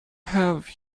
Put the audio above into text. have